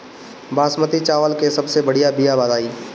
बासमती चावल के सबसे बढ़िया बिया बताई?